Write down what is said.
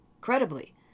credibly